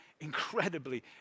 incredibly